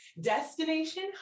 Destination